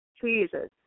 Jesus